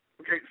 Okay